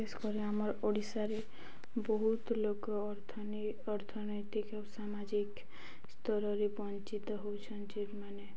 ଆମର ଓଡ଼ିଶାରେ ବହୁତ ଲୋକ ଅର୍ଥନି ଅର୍ଥନୈତିକ ଆଉ ସାମାଜିକ ସ୍ତରରେ ବଞ୍ଚିତ ହଉଛନ୍ତି ଯେଉଁମାନେ